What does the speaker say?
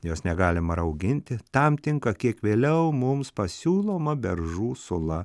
jos negalima rauginti tam tinka kiek vėliau mums pasiūloma beržų sula